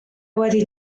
wedi